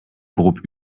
groupe